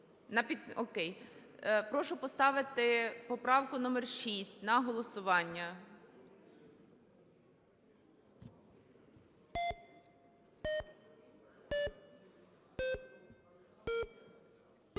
Прошу поставити поправку номер 6 на голосування.